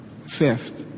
Fifth